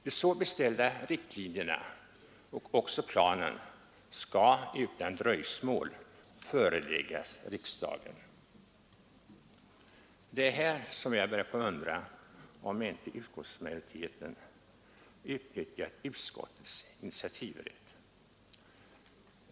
De så beställda riktlinjerna och även planen skall utan dröjsmål föreläggas riksdagen. Det är här jag börjar undra om inte utskottsmajoriteten utnyttjat utskottets initiativrätt.